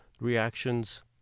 reactions